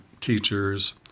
teachers